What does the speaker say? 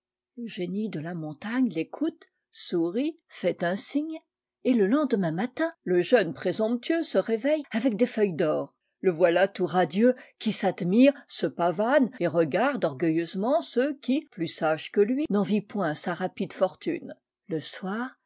le génie de la montagne l'écoute sourit fait un signe et le lendemain matin le jeune présomptueux se réveille avec des feuilles d'or le voilà tout radieux qui s'admire se pavane et regarde orgueilleusement ceux qui plus sages que lui n'envient point sa rapide fortune le soir